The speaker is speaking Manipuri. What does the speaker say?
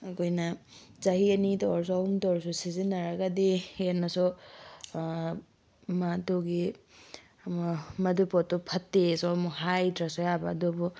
ꯑꯩꯈꯣꯏꯅ ꯆꯍꯤ ꯑꯅꯤꯇ ꯑꯣꯏꯔꯁꯨ ꯑꯍꯨꯝꯇ ꯑꯣꯏꯔꯁꯨ ꯁꯤꯖꯤꯟꯅꯔꯒꯗꯤ ꯍꯦꯟꯅꯁꯨ ꯃꯗꯨꯒꯤ ꯃꯗꯨ ꯄꯣꯠꯇꯨ ꯐꯠꯇꯦꯁꯨ ꯑꯃꯨꯛ ꯍꯥꯏꯗ꯭ꯔꯁꯨ ꯌꯥꯕ ꯑꯗꯨꯕꯨ